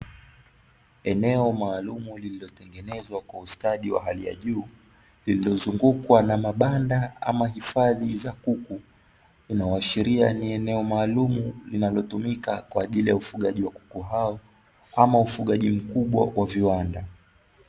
Eneo maalumu lililotengenezwa kwa ustadi wa hali ya juu, lililozungukwa na mabanda ama hifadhi za kuku, linaloashiria ni eneo maalumu linalotumika kwa ajili ya ufugaji wa kuku ama ufugaji mkubwa kwa viwanda.